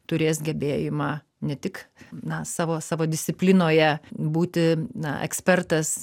turės gebėjimą ne tik na savo savo disciplinoje būti na ekspertas